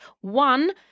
one